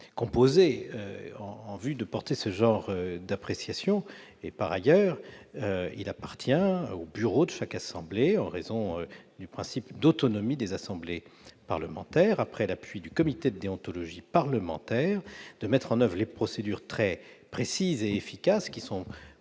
permet pas de porter ce genre d'appréciation. Par ailleurs, il appartient au bureau de chaque assemblée, en raison du principe d'autonomie des assemblées parlementaires, après avoir obtenu l'appui du comité de déontologie parlementaire, de mettre en oeuvre les procédures très précises et efficaces qui sont